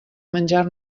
menjar